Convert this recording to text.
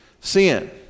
sin